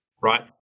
Right